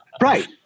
right